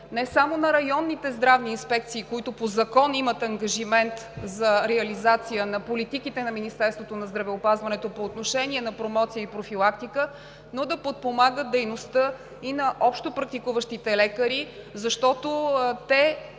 не само на районните здравни инспекции, които по закон имат ангажимент за реализация на политиките на Министерството на здравеопазването по отношение на промоция и профилактика, но да подпомагат дейността и на общопрактикуващите лекари, защото те